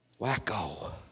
wacko